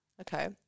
Okay